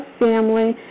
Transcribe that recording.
family